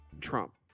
Trump